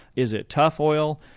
is it tough oil?